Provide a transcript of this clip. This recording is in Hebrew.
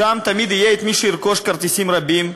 שם תמיד יהיה מי שירכוש כרטיסים רבים,